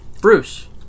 Bruce